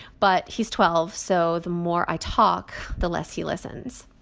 but he's twelve. so the more i talk, the less he listens.